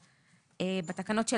יש סכומים שמפורטים בתקנות,